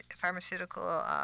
pharmaceutical